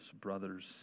brothers